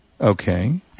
Okay